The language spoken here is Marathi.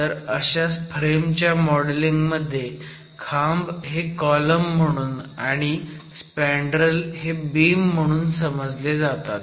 तर अशा फ्रेम च्या मॉडेलिंग मध्ये खांब हे कॉलम म्हणून आणि स्पँडरेल हे बीम म्हणून समजले जातात